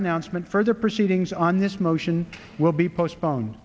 announcement further proceedings on this motion will be postpone